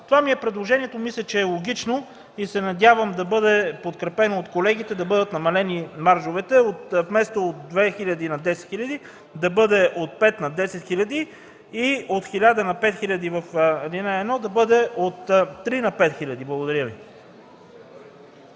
Това е предложението ми – мисля, че е логично и се надявам да бъде подкрепено от колегите: маржовете да бъдат намалени – вместо от 2000 на 10 000, да бъде от 5000 на 10 000; и от 1000 на 5000 да бъде от 3000 на 5000. Благодаря Ви.